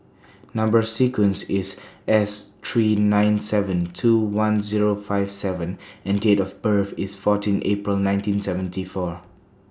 Number sequence IS S three nine seven two one Zero five seven and Date of birth IS fourteen April nineteen seventy four